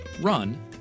run